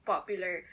Popular